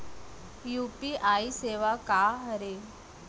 UPI सेवा का हरे?